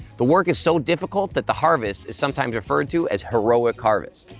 the work is so difficult that the harvest is sometimes referred to as heroic harvest.